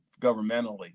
governmentally